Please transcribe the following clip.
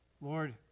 Lord